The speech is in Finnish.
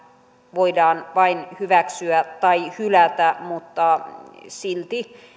voidaan vain hyväksyä tai hylätä mutta silti